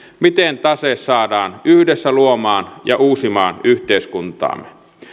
miten tase saadaan yhdessä luomaan ja uusimaan yhteiskuntaamme